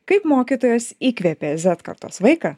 kaip mokytojas įkvėpė zet kartos vaiką